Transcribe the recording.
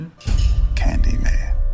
Candyman